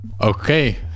Okay